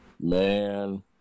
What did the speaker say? Man